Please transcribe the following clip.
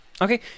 Okay